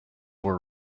were